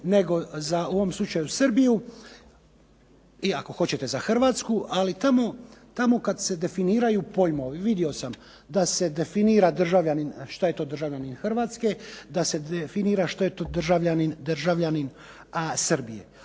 nego za u ovom slučaju Srbiju i ako hoćete za Hrvatsku, ali tamo kada se definiraju pojmovi, vidio sam što je to državljanin Hrvatske, da se definira što je to državljanin Srbije.